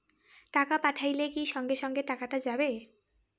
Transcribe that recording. টাকা পাঠাইলে কি সঙ্গে সঙ্গে টাকাটা যাবে?